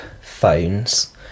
phones